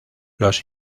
los